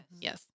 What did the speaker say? Yes